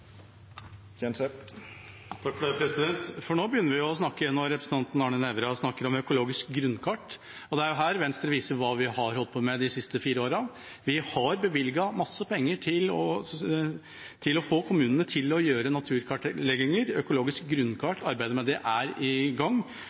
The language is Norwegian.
Nå begynner vi å snakke – når representanten Arne Nævra snakker om økologisk grunnkart. Det er her Venstre viser hva vi har holdt på med de siste fire årene. Vi har bevilget mye penger for å få kommunene til å gjøre naturkartlegginger. Arbeidet med økologiske grunnkart er i gang.